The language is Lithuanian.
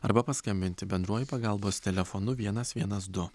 arba paskambinti bendruoju pagalbos telefonu vienas vienas du